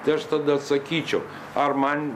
tai aš tada atsakyčiau ar man